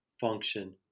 function